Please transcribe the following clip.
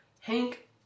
Hank